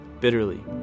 bitterly